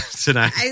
tonight